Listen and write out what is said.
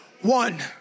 One